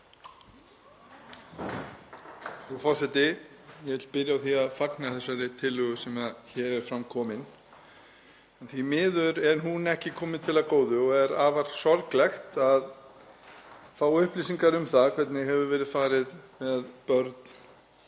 Frú forseti. Ég vil byrja á því að fagna þessari tillögu sem hér er fram komin. Því miður er hún ekki komin til af góðu og er afar sorglegt að fá upplýsingar um það hvernig hefur verið farið með börn